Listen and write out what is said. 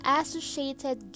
associated